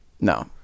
No